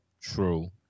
true